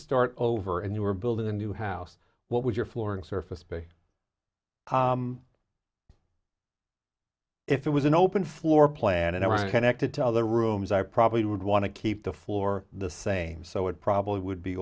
start over and you were building a new house what would your flooring surface be if it was an open floor plan and connected to other rooms i probably would want to keep the floor the same so it probably would be